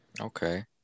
Okay